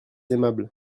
aimable